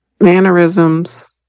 Mannerisms